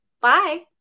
Bye